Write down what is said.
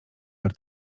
war